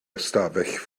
ystafell